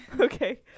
okay